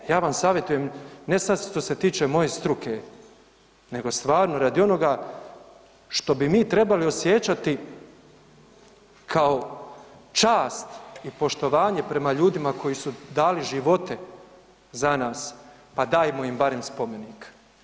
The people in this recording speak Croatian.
Ja vam savjetujem, ne sad što se tiče moje struke, nego stvarno radi onoga što bi mi trebali osjećati kao čast i poštovanje prema ljudima koji su dali živote za nas, pa dajmo im barem spomenik.